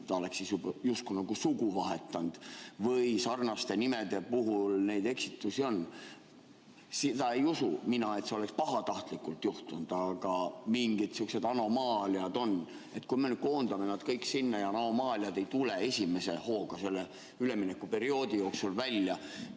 ta oleks justkui sugu vahetanud. Sarnaste nimede puhul neid eksitusi on. Mina ei usu, et see oleks pahatahtlikult juhtunud, aga mingid sihukesed anomaaliad on. Kui me koondame nad kõik sinna ja anomaaliad ei tule esimese hooga üleminekuperioodi jooksul välja,